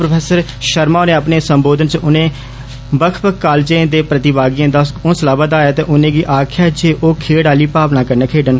professor Sharma होरें अपने सम्बोधन च उनें बक्ख बक्ख कालजें दे प्रतिभागिएं दा हैंसला बदाया ते उनेंगी आक्खेआ जे ओ खेडु आली भावना कन्नै खैडन